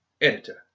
editor